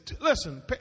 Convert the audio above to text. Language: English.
Listen